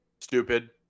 stupid